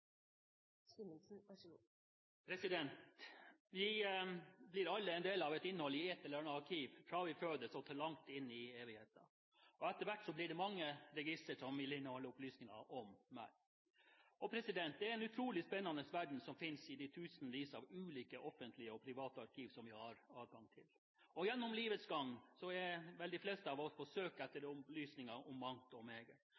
Vi blir alle en del av innholdet i ett eller flere arkiv fra vi fødes, og til langt inn i evigheten. Etter hvert blir det mange registre, som vil inneholde opplysninger om oss. Det er en utrolig spennende verden som finnes i de tusenvis av ulike offentlige og private arkiv som vi har tilgang til. Gjennom livets gang er vel de aller fleste av oss på